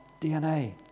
DNA